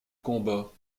combat